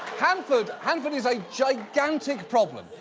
hanford. hanford is a gigantic problem.